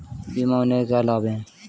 बीमा होने के क्या क्या लाभ हैं?